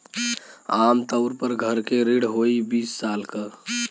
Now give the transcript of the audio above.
आम तउर पर घर के ऋण होइ बीस साल क